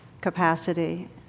capacity